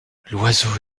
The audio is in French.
l’oiseau